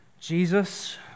Jesus